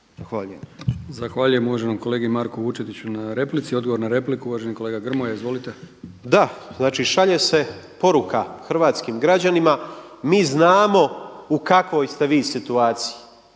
Zahvaljujem uvaženom kolegi Marku Vučetiću na replici. Odgovor na repliku Nikola Grmoja. Izvolite. **Grmoja, Nikola (MOST)** Da. Znači, šalje se poruka hrvatskim građanima: Mi znamo u kakvoj ste vi situaciji.